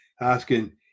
asking